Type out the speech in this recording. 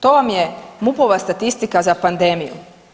To vam je MUP-ova statistika za pandemiju.